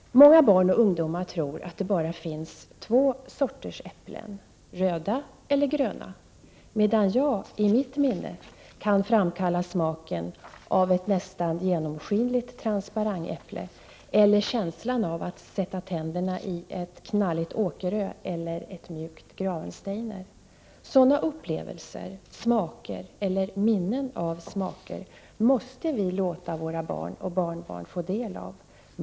Många barn och ungdomar tror att det bara finns två sorters äpplen — röda och gröna. Men jag kan i mitt minne framkalla smaken av ett nästan genomskinligt Transparentäpple eller känslan av att sätta tänderna i ett knalligt Åkerö eller ett mjukt Gravensteiner. Sådana upplevelser, smaker eller minnen av smaker, måste vi låta våra barn och barnbarn få del av.